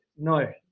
No